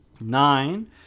nine